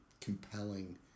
compelling